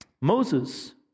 Moses